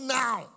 now